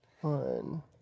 One